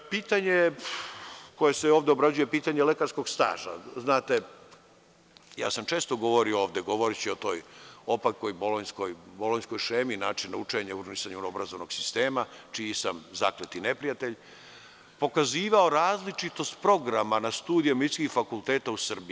Pitanje koje se ovde obrađuje, pitanje lekarskog staža, znate, ja sam često govorio ovde, govoriću o toj opakoj bolonjskoj šemi, načinu učenja, urnisanju obrazovnog sistema, čiji sam zakleti neprijatelj, pokazivao različitost programa na studijama medicinskih fakulteta u Srbiji.